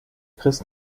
chris